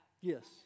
Yes